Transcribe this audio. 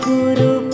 Guru